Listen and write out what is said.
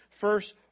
first